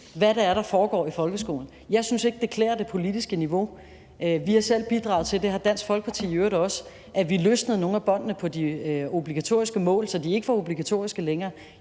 hvad det er, der foregår i folkeskolen. Jeg synes ikke, det klæder det politiske niveau. Vi har selv bidraget til – og det har Dansk Folkeparti i øvrigt også – at vi løsnede nogle af båndene på de obligatoriske mål, så de ikke var obligatoriske længere.